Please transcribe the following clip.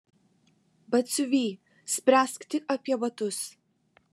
batsiuvy spręsk tik apie batus